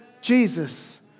Jesus